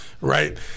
right